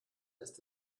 ist